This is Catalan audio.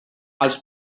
els